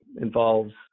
involves